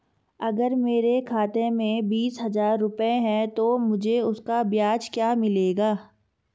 अगर मेरे खाते में बीस हज़ार रुपये हैं तो मुझे उसका ब्याज क्या मिलेगा?